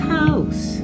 house